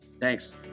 Thanks